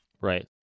Right